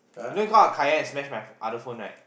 you know kind of Kai-Yan I smash my other phone right